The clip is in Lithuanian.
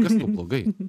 kas tau blogai